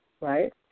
right